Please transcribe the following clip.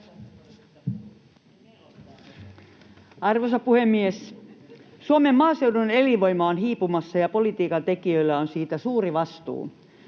Arvoisa puhemies! Suomen maaseudun elinvoima on hiipumassa, ja politiikan tekijöillä on siitä suuri vastuu.